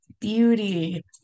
beauty